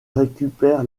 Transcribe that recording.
récupère